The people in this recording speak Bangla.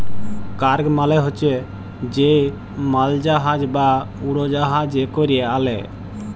কার্গ মালে হছে যে মালজাহাজ বা উড়জাহাজে ক্যরে আলে